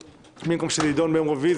במקום שזה יידון ביום רביעי,